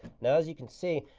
now, as you can see,